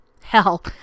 Hell